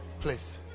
Please